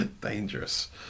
dangerous